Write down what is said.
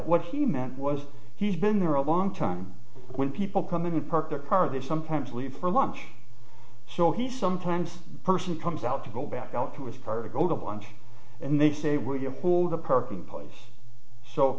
what he meant was he's been there a long time when people come in and park their car they sometimes leave for lunch so he sometimes the person comes out to go back out to his car to go to lunch and they say would you hold a parking place so